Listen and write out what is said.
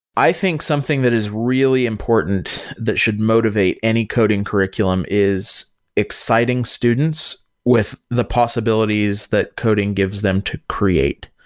i think something that is really important that should motivate any coding curriculum is exciting students with the possibilities that coding gives them to create.